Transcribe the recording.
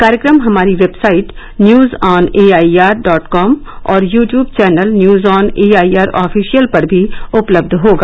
कार्यक्रम हमारी website news on A I R dot com और YouTube channel news on A I R official पर भी उपलब्ध होगा